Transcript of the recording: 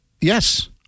yes